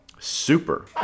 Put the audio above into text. Super